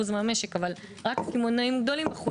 מותג,